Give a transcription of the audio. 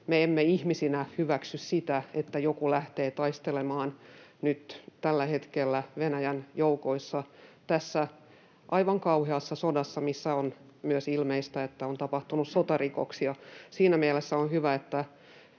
emme ihmisinä hyväksy sitä, että joku lähtee taistelemaan nyt tällä hetkellä Venäjän joukoissa tässä aivan kauheassa sodassa, missä on myös ilmeistä, että on tapahtunut sotarikoksia. Siinä mielessä on hyvä, että